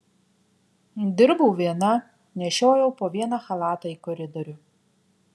dirbau viena nešiojau po vieną chalatą į koridorių